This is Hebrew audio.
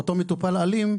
אותו מטופלים אלים,